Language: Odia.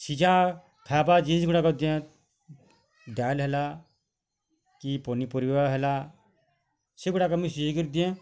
ସିଝା ଖାଏବା ଜିନିଷ୍ଗୁଡ଼ା ଯେନ୍ ଡାଲ୍ ହେଲା କି ପନିପରିବା ହେଲା ସେଗୁଡ଼ାକ ମିଶାଇ କରି ଦିଏଁ